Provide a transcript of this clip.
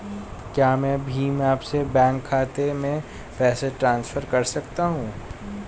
क्या मैं भीम ऐप से बैंक खाते में पैसे ट्रांसफर कर सकता हूँ?